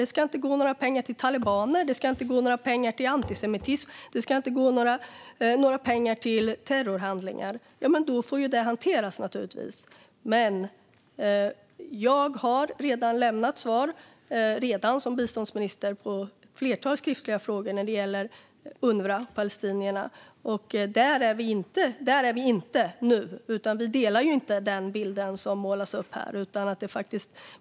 Det ska inte gå några pengar till talibaner. Det ska inte gå några pengar till antisemitism. Det ska inte gå några pengar till terrorhandlingar. Jag har som biståndsminister redan lämnat svar på ett flertal skriftliga frågor när det gäller UNRWA och palestinierna. Där är vi inte nu. Vi delar inte den bild som målas upp här.